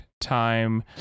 time